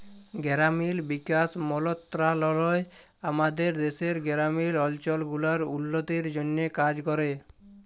গেরামিল বিকাশ মলত্রলালয় আমাদের দ্যাশের গেরামিল অলচল গুলার উল্ল্য তির জ্যনহে কাজ ক্যরে